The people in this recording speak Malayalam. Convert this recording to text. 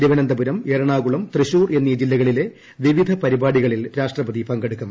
തിരുവനന്തപുരം എറണാകുളം തൃശ്ശൂർ എന്നീ ജില്ലകളിലെ വിവിധ പരിപാടികളിൽ രാഷ്ട്രപതി പങ്കെടുക്കും